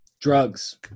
drugs